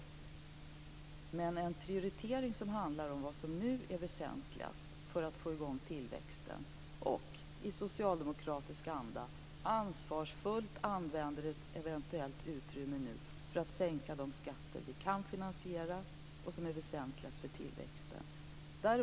Men det är viktigt att det görs en prioritering som handlar om vad som nu är väsentligast för att få i gång tillväxten och för att i socialdemokratisk anda ansvarsfullt använda eventuellt utrymme för de skattesänkningar som kan finansieras och som är väsentligast för tillväxten.